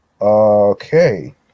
Okay